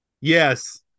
Yes